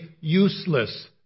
useless